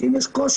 שאם יש קושי,